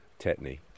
Tetney